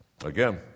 Again